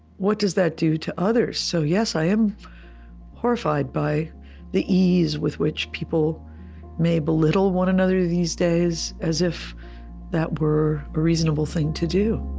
what does that do to others? so yes, i am horrified by the ease with which people may belittle one another these days, as if that were a reasonable thing to do